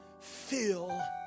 Feel